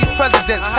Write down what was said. president